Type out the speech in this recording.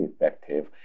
effective